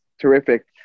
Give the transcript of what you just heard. terrific